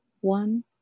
one